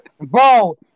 Bro